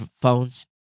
phones